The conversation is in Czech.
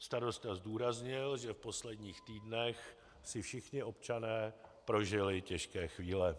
Starosta zdůraznil, že v posledních týdnech si všichni občané prožili těžké chvíle.